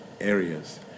areas